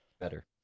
better